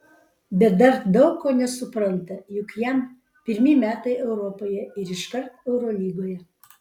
bet dar daug ko nesupranta juk jam pirmi metai europoje ir iškart eurolygoje